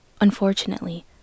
Unfortunately